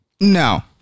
No